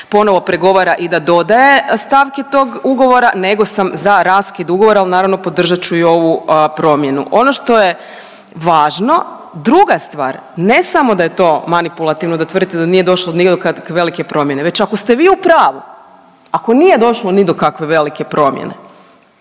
ponovno pregovara i da dodaje stavke tog ugovora, nego sam za raskid ugovora, ali naravno, podržat ću i ovu promjenu. Ono što je važno, druga stvar, ne samo da je to manipulativno, da tvrdite da nije došlo do nikakve velike promjene, već ako ste vi u pravu, ako nije došlo ni do kakve velike promjene,